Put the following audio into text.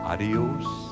adios